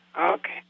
Okay